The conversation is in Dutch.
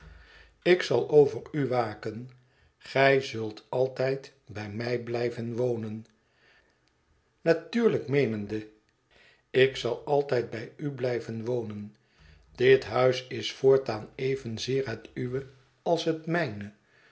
ik zal over u waken gij zult altijd bij mij blijven wonen natuurlijk meenende ik zal altijd bij u blijven wonen dit huis is voortaan evenzeer het uwe als het mijne